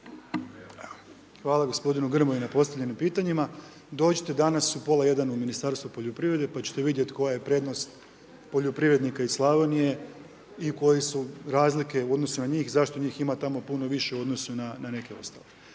Hvala gospodinu Grmoji na postavljenim pitanjima, dođite danas u pola 1 u Ministarstvo poljoprivrede, pa ćete vidjeti koja je prednost poljoprivrednika iz Slavonije i koje su razlike u odnosu na njih zašto njih ima tamo puno više u odnosu na neke ostale.